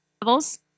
levels